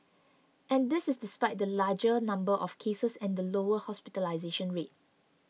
and this is despite the larger number of cases and the lower hospitalisation rate